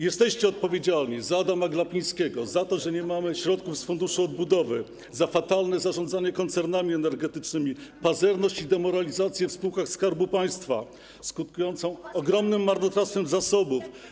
Jesteście odpowiedzialni za Adama Glapińskiego, za to, że nie mamy środków z Funduszu Odbudowy, za fatalne zarządzanie koncernami energetycznymi, za pazerność i demoralizację w spółkach Skarbu Państwa skutkującą ogromnym marnotrawstwem zasobów.